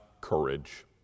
courage